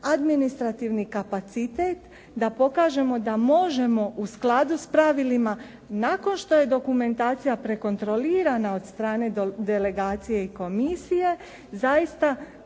administrativni kapacitet, da pokažemo da možemo u skladu s pravilima nakon što je dokumentacija prekontrolirana od strane delegacije i komisije zaista